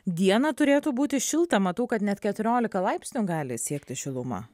dieną turėtų būti šilta matau kad net keturiolika laipsnių gali siekti šiluma